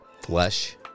Flesh